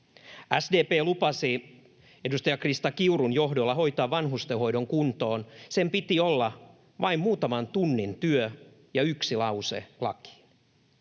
SDP lupasi edustaja Krista Kiurun johdolla hoitaa vanhustenhoidon kuntoon, sen piti olla vain muutaman tunnin työ ja yksi lause lakiin.